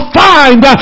find